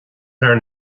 thar